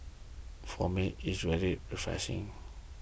for me it's really refreshing